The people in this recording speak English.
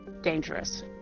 dangerous